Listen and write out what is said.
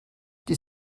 die